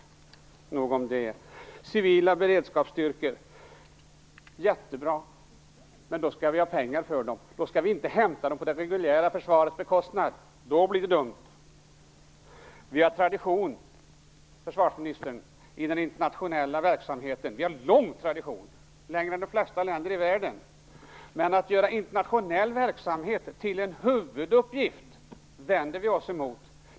Civila beredskapsstyrkor - det är jättebra, men då skall vi ha pengar för dem, och inte hämta dem på det reguljära försvarets bekostnad. Då blir det dumt. Vi har en lång tradition i den internationella verksamheten, längre än de flesta länder i världen. Men att göra internationell verksamhet till en huvuduppgift vänder vi oss emot.